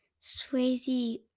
Swayze